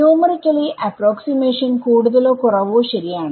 numerically അപ്രോക്സിമാഷൻകൂടുതലോ കുറവോ ശരിയാണ്